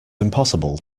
impossible